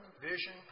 vision